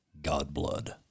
Godblood